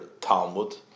Talmud